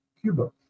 Cuba